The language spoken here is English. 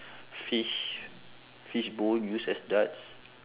fish fish bone use as darts